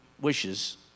wishes